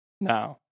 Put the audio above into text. now